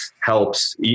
helps